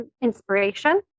inspiration